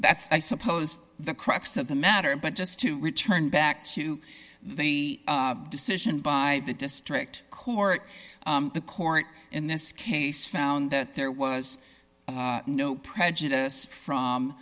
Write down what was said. that's i suppose the crux of the matter but just to return back to the decision by the district court the court in this case found that there was no prejudice from